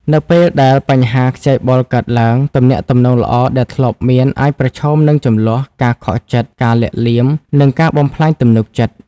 នៅពេលដែលបញ្ហាខ្ចីបុលកើតឡើង ទំនាក់ទំនងល្អដែលធ្លាប់មានអាចប្រឈមនឹង ជម្លោះ ការខកចិត្ត ការលាក់លៀម និងការបំផ្លាញទំនុកចិត្ត។